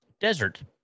desert